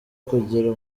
kugira